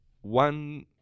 One